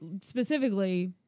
specifically